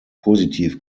positiv